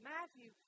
Matthew